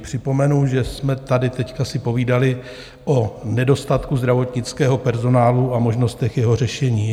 Připomenu, že jsme si teď tady povídali o nedostatku zdravotnického personálu a možnostech jeho řešení.